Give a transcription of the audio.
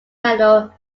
medal